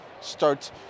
start